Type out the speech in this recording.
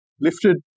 lifted